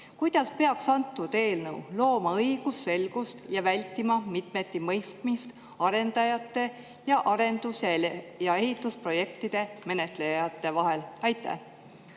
Kuidas peaks antud eelnõu looma õigusselgust ja vältima mitmetimõistmist arendajate ning arendus- ja ehitusprojektide menetlejate vahel?